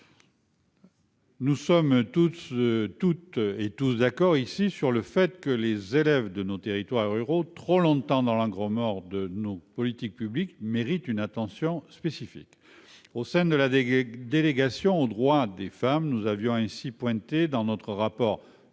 Nous sommes toutes et tous d'accord ici sur le fait que les élèves de nos territoires ruraux, qui ont trop longtemps été dans l'angle mort de nos politiques publiques, méritent une attention spécifique. Au sein de la délégation aux droits des femmes, nous avions ainsi pointé dans notre rapport,